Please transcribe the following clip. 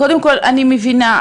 קודם כל, אני מבינה.